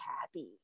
happy